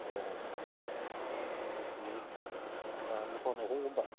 ꯑꯣ ꯑꯣ ꯑꯗꯨꯗꯤ ꯃꯊꯣꯟ ꯑꯍꯨꯝꯒꯨꯝꯕ